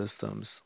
systems